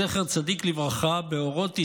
זכר צדיק לברכה, באורות ישראל,